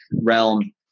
realm